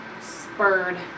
spurred